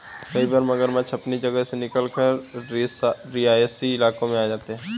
कई बार मगरमच्छ अपनी जगह से निकलकर रिहायशी इलाकों में आ जाते हैं